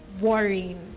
worrying